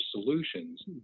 solutions